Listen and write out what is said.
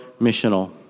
missional